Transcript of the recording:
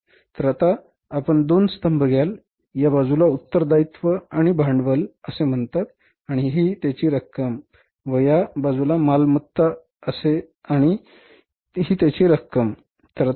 तर आता आपण दोन स्तंभ घ्याल या बाजूला उत्तरदायित्व आणि भांडवल असे म्हणतात आणि ही त्याची रक्कम आहे व या बाजूला मालमत्ता असे म्हणतात आणि ही त्याची रक्कम आहेबरोबर